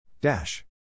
Dash